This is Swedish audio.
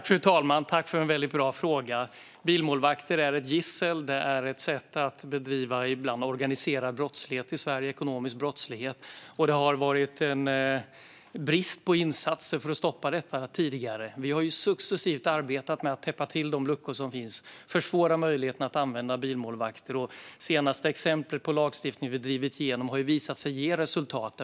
Fru talman! Jag tackar för en bra fråga. Bilmålvakter är ett gissel och är ett sätt att bedriva organiserad brottslighet - ekonomisk brottslighet - i Sverige, och det har varit brist på insatser för att stoppa denna brottslighet. Vi har successivt arbetat med att täppa till de luckor som finns och försvåra möjligheten att använda bilmålvakter. Senaste exemplet på lagstiftning vi har drivit igenom har visat sig ge resultat.